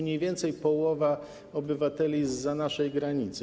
mniej więcej połowa obywateli zza naszej granicy.